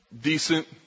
decent